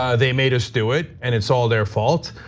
ah they made us do it and it's all their fault.